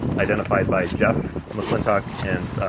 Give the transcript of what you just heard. identified by jeff mcclintock and